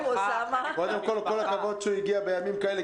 כל הכבוד שהוא הגיע בימים כאלה,